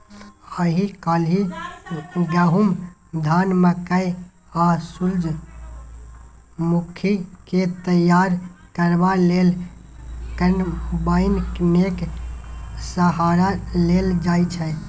आइ काल्हि गहुम, धान, मकय आ सूरजमुखीकेँ तैयार करबा लेल कंबाइनेक सहारा लेल जाइ छै